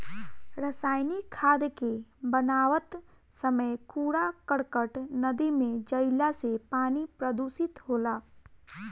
रासायनिक खाद के बनावत समय कूड़ा करकट नदी में जईला से पानी प्रदूषित होला